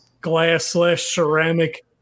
glass-slash-ceramic